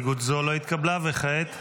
התקבלה, וכעת?